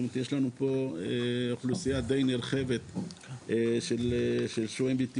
יש פה אוכלוסייה די נרחבת של שוהים בלתי